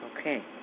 Okay